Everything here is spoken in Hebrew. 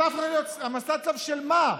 מסע צלב על מה,